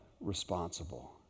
responsible